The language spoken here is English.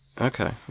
Okay